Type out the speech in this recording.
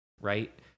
Right